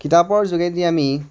কিতাপৰ যোগেদি আমি